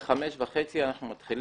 ב-17:30 אנחנו מתחילים.